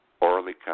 orally